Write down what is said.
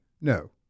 No